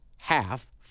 half